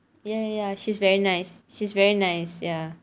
ya ya she's very nice she's very nice ya